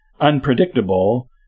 unpredictable